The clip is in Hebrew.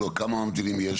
כמה ממתינים יש?